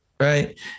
Right